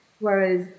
Whereas